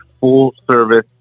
full-service